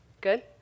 Good